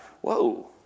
Whoa